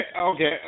Okay